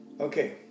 Okay